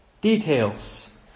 Details